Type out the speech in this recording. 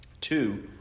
Two